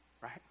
right